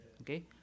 Okay